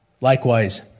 Likewise